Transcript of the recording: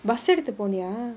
bus எடுத்து போனியா:eduthu poniyaa